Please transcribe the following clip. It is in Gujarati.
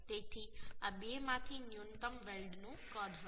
તેથી આ બેમાંથી ન્યૂનતમ વેલ્ડનું કદ હશે